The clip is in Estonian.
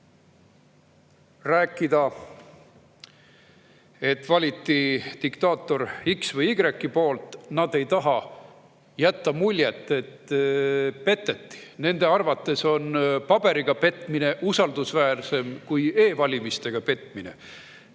[hääletati] diktaator X või Y poolt, ei taha nad jätta muljet, et peteti. Nende arvates on paberiga petmine usaldusväärsem kui e‑valimistega petmine.